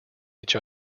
each